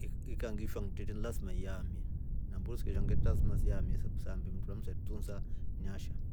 Ikangishwaa ngitete ni lasima iamie na mburu singeshwa ngiteta ni lasma sia mie siambe mndu ulia engitunsa niasha.